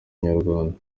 inyarwanda